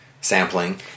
sampling